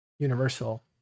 Universal